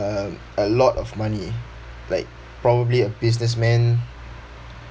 um a lot of money like probably a businessman